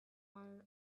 while